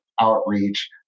outreach